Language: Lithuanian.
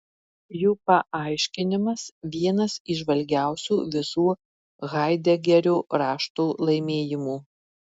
jų paaiškinimas vienas įžvalgiausių visų haidegerio raštų laimėjimų